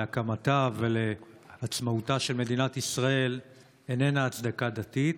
להקמתה ולעצמאותה של מדינת ישראל איננה הצדקה דתית,